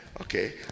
Okay